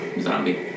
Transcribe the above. zombie